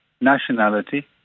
nationality